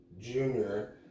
Junior